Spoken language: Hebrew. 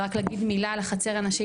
רק להגיד מילה על "החצר הנשית",